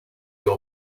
you